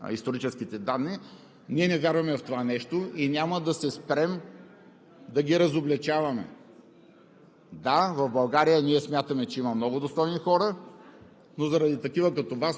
Ние, както много български граждани, благодарим им още веднъж за тези писма, за които ми припомниха историческите данни, не вярваме в това нещо и няма да се спрем да ги разобличаваме.